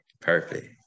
Perfect